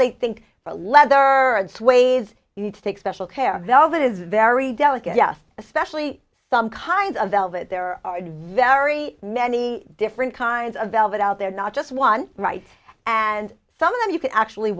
they think for leather and suede you need to take special care velvet is very delicate yes especially some kind of valve it there are very many different kinds of velvet out there not just one right and some you can actually